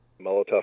Molotov